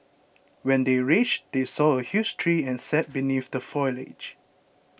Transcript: when they reached they saw a huge tree and sat beneath the foliage